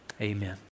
amen